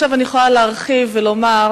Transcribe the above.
עכשיו אני יכולה להרחיב ולומר,